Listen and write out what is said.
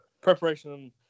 Preparation